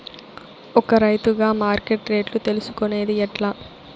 ఒక రైతుగా మార్కెట్ రేట్లు తెలుసుకొనేది ఎట్లా?